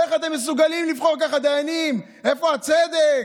איך אתם מסוגלים לבחור ככה דיינים, איפה הצדק?